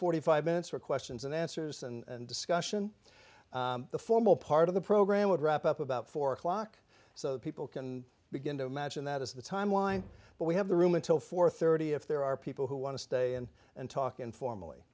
forty five minutes for questions and answers and discussion the formal part of the program would wrap up about four o'clock so that people can begin to imagine that is the time line but we have the room until four thirty if there are people who want to stay and talk informally